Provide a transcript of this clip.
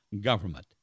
government